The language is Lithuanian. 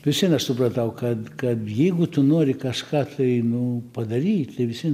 vis vien aš supratau kad kad jeigu tu nori kažką tai nu padaryt tai vis vien